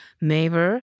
neighbor